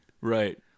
right